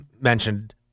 mentioned